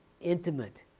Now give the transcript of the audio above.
intimate